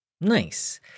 Nice